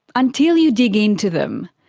until you dig into them.